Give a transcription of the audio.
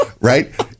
Right